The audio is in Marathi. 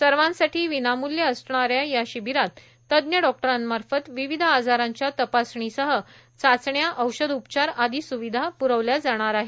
सर्वांसाठी विनाम्ल्य असणाऱ्या या शिबीरात तज्ञ डॉक्टरांमार्फत विविध आजारांच्या तपासणीसह चाचण्या औषध उपचार आदी सुविधा प्रविल्या जाणार आहेत